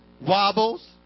wobbles